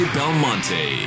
Belmonte